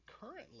currently